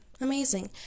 Amazing